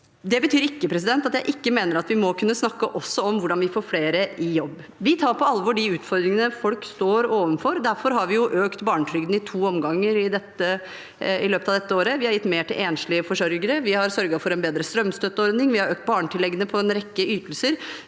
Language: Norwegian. Det betyr ikke at jeg ikke mener at vi også må kunne snakke om hvordan vi får flere i jobb. Vi tar på alvor de utfordringene folk står overfor. Derfor har vi økt barnetrygden – i to omganger – i løpet av dette året, vi har gitt mer til enslige forsørgere, vi har sørget for en bedre strømstøtteordning, vi har økt barnetilleggene på en rekke ytelser,